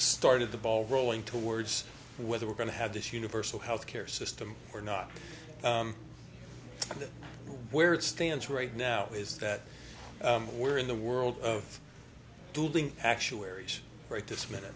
started the ball rolling towards whether we're going to have this universal health care system or not and where it stands right now is that we're in the world of dueling actuaries right this minute